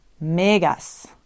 MEGAS